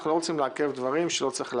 אנחנו לא רוצים לעכב דברים שלא צריך לעכב.